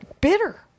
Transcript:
bitter